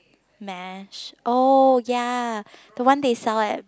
mash oh ya the one they sell at